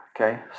Okay